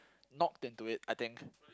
knocked into it I think